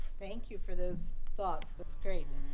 thank you for those thoughts. that's great.